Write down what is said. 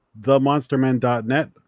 themonstermen.net